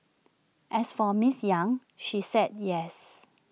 as for Ms yang she said yes